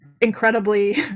incredibly